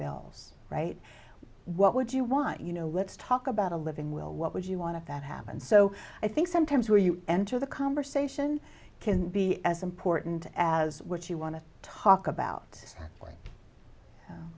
bills right what would you want you know let's talk about a living will what would you want to that happen so i think sometimes where you enter the conversation can be as important as what you want to talk about